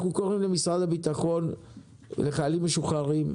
אנחנו קוראים למשרד הבטחון ולחיילים משוחררים,